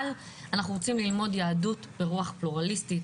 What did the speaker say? אבל אנחנו רוצים ללמוד יהדות ברוח פלורליסטית,